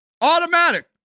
Automatic